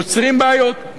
יוצרים בעיות,